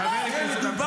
חבר הכנסת דוידסון.